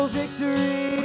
victory